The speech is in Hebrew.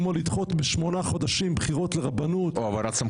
כמו לדחות בשמונה חודשים בחירות לרבנות -- או העברת סמכויות.